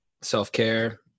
self-care